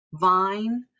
vine